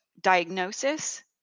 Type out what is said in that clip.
diagnosis